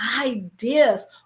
ideas